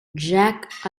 jack